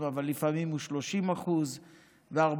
אבל לפעמים הוא 30% ו-40%.